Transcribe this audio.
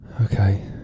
Okay